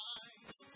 eyes